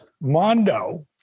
Mondo